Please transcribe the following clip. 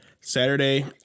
Saturday